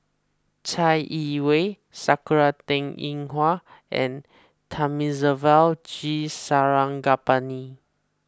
Chai Yee Wei Sakura Teng Ying Hua and Thamizhavel G Sarangapani